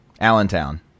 Allentown